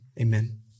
Amen